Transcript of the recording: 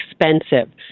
expensive